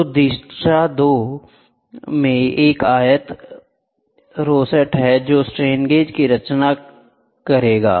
तो 2 दिशाओं में एक आयत रोसेट है जो स्ट्रेन गेज की रचना करेगा